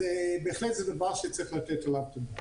זה בהחלט דבר שצריך לתת עליו את הדעת.